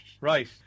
Right